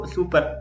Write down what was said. Super